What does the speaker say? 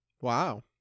Wow